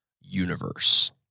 universe